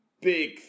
big